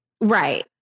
Right